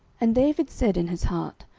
and david said in his heart,